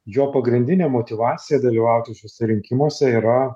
jo pagrindinė motyvacija dalyvauti šiuose rinkimuose yra